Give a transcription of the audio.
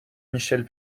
michel